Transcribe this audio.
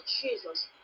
Jesus